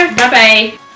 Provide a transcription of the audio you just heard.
Bye-bye